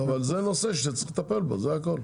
אבל, זה נושא שאנחנו צריכים לטפל בו, זה הכל.